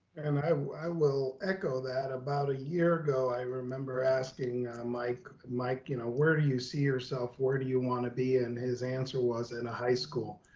and i um i will echo that about a year ago. i remember asking mike mike you know where do you see yourself? where do you wanna be? and his answer was in a high school.